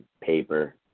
paper